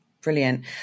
Brilliant